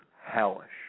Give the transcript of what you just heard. Hellish